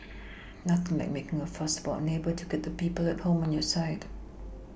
nothing like making a fuss about a neighbour to get the people at home on your side